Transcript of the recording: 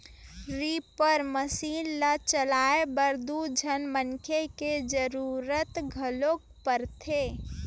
reaper machine ल चलाए बर दू झन मनखे के जरूरत घलोक परथे